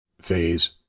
phase